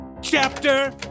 Chapter